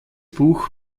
buch